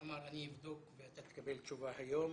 אמר, אני אבדוק ואתה תקבל תשובה היום.